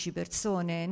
persone